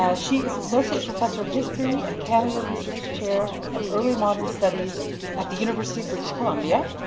ah she is associate professor of history and canada research chair of early modern studies at the university of british columbia.